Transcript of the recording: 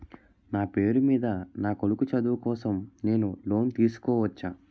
నా పేరు మీద నా కొడుకు చదువు కోసం నేను లోన్ తీసుకోవచ్చా?